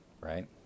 right